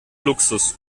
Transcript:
luxus